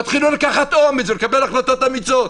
תתחילו לקבל אומץ ולקבל החלטות אמיצות.